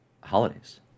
holidays